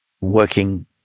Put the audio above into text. working